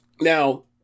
now